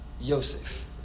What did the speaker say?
Yosef